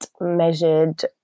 measured